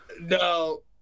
No